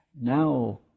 Now